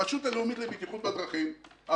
הרשות הלאומית לבטיחות בדרכים,